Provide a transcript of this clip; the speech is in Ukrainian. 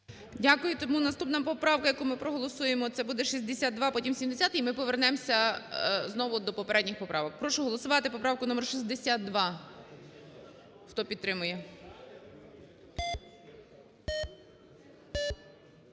Дякую. Тому наступна поправка, яку ми проголосуємо, це буде 62, потім – 70 і ми повернемося знову до попередніх поправок. Прошу голосувати поправку номер 62, хто підтримує.